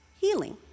healing